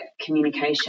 communication